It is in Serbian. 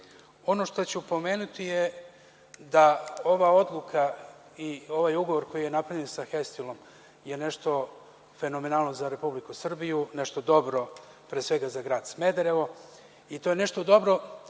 što ću pomenuti je da ova odluka i ovaj ugovor koji je napravljen sa „Hestilom“ je nešto fenomenalno za Republiku Srbiju, nešto dobro pre svega za grad Smederevo i to je nešto dobro